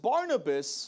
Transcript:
Barnabas